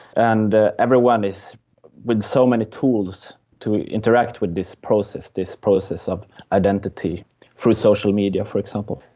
and everyone is with so many tools to interact with this process, this process of identity through social media, for example.